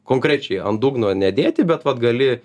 konkrečiai ant dugno nedėti bet vat gali